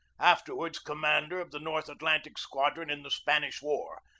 afterward commander of the north atlantic squadron in the spanish war,